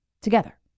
Together